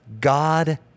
God